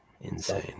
insane